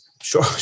Sure